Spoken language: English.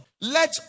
let